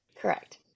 Correct